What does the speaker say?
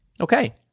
Okay